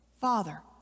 Father